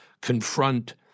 confront